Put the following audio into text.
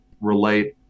relate